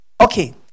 Okay